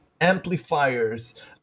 amplifiers